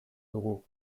dugu